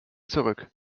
zurück